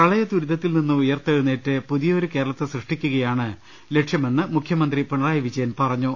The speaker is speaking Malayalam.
പ്രളയ ദുരിതത്തിൽ നിന്ന് ഉയർത്തെണീറ്റ് പുതിയൊരു കേര ളത്തെ സൃഷ്ടിക്കുകയാണ് ലക്ഷ്യമെന്ന് മുഖ്യമന്ത്രി പിണറായി വിജ യൻ പറഞ്ഞു